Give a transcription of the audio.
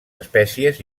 espècies